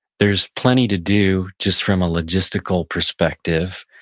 there's plenty to do just from a logistical perspective.